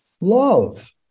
love